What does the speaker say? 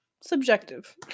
Subjective